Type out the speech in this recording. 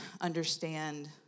understand